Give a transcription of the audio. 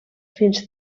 fins